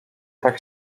tak